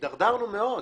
הידרדרנו מאוד.